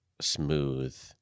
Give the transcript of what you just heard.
smooth